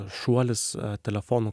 šuolis telefonų